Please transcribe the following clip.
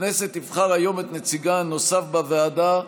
הכנסת תבחר היום את נציגה הנוסף בוועדה,